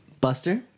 Buster